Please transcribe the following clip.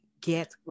get